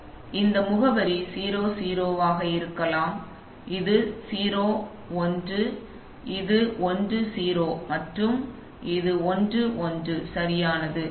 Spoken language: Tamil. எனவே இந்த முகவரி 0 0 ஆக இருக்கலாம் இது 0 1 இது 1 0 மற்றும் இது 1 1 சரியானது